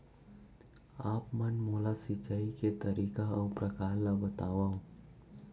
आप मन मोला सिंचाई के तरीका अऊ प्रकार ल बतावव?